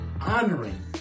honoring